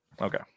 okay